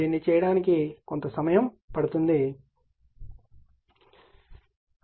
దీన్ని చేయడానికి కొంత సమయం పడుతుంది మీరు చేయండి